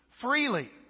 freely